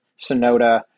Sonoda